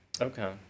Okay